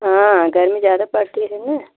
हाँ गर्मी ज्यादा पड़ती है ना